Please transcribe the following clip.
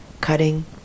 cutting